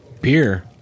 Beer